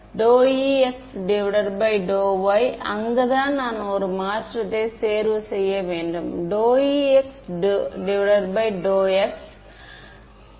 மாணவர் எனவே நல்ல பாயிண்ட் ஒன்று உள்ளது